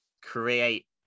create